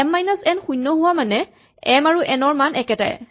M minus N শূণ্য হোৱা মানে এম আৰু এন ৰ মান একেটাই